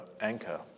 anchor